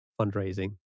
fundraising